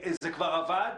זה כבר עבד.